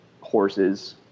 horses